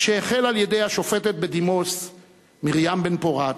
שהחל על-ידי השופטת בדימוס מרים בן-פורת,